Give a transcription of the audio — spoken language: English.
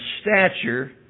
stature